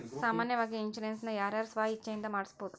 ಸಾಮಾನ್ಯಾವಾಗಿ ಇನ್ಸುರೆನ್ಸ್ ನ ಯಾರ್ ಯಾರ್ ಸ್ವ ಇಛ್ಛೆಇಂದಾ ಮಾಡ್ಸಬೊದು?